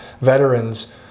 veterans